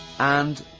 and,